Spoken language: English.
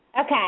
Okay